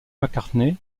mccartney